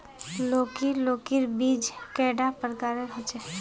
लौकी लौकीर बीज कैडा प्रकारेर होचे?